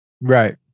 Right